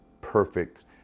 perfect